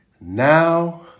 Now